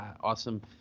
awesome